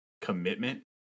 commitment